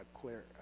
clear